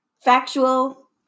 factual